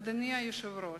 אדוני היושב-ראש,